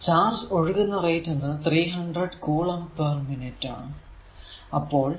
charge ഒഴുകുന്ന rate എന്നത് 300 coulomb per minute ഉം ആണ്